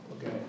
okay